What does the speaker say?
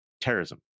terrorism